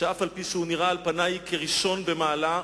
שאף-על-פי שהוא נראה על פניו ראשון במעלה,